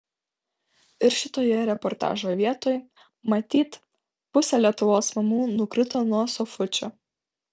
ir šitoje reportažo vietoj matyt pusė lietuvos mamų nukrito nuo sofučių